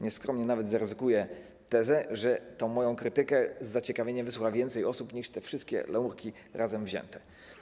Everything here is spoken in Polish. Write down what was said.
Nieskromnie nawet zaryzykuję tezę, że tę moją krytykę z zaciekawieniem wysłucha więcej osób niż te wszystkie laurki razem wzięte.